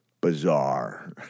bizarre